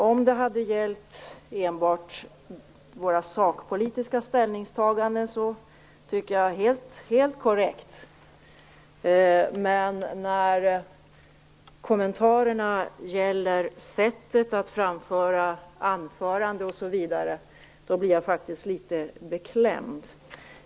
Om det enbart hade gällt våra sakpolitiska ställningstaganden skulle det vara helt korrekt, men när kommentarerna gäller sättet att hålla anföranden osv. blir jag faktiskt litet beklämd.